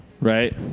Right